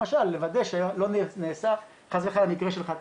למשל לוודא שלא נעשה חס וחלילה מקרה של חטיפה.